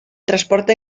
transporte